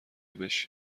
بشین